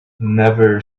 never